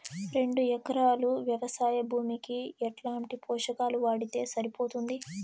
రెండు ఎకరాలు వ్వవసాయ భూమికి ఎట్లాంటి పోషకాలు వాడితే సరిపోతుంది?